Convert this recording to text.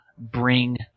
bring